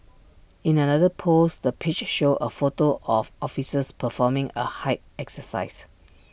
in another post the page showed A photo of officers performing A height exercise